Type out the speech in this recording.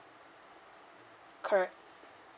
correct